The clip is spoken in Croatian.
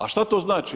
A šta to znači?